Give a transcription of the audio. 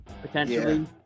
potentially